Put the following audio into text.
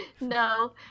no